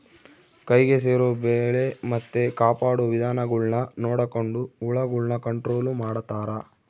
ಕೈಗೆ ಸೇರೊ ಬೆಳೆ ಮತ್ತೆ ಕಾಪಾಡೊ ವಿಧಾನಗುಳ್ನ ನೊಡಕೊಂಡು ಹುಳಗುಳ್ನ ಕಂಟ್ರೊಲು ಮಾಡ್ತಾರಾ